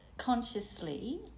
Consciously